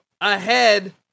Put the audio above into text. ahead